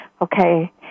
Okay